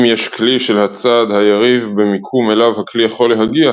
אם יש כלי של הצד היריב במיקום אליו הכלי יכול להגיע,